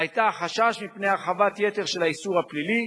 היתה החשש מפני הרחבת יתר של האיסור הפלילי